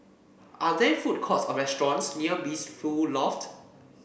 are there food courts or restaurants near Blissful Loft